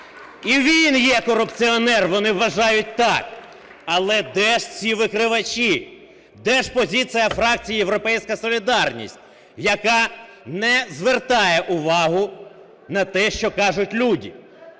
і він є корупціонер, вони вважають так. Але де ж ці викривачі? Де ж позиція фракції "Європейська солідарність", яка не звертає увагу на те, що кажуть люди.